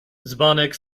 dzbanek